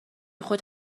خود